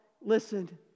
listen